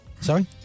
Sorry